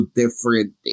different